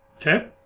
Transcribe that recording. Okay